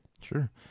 Sure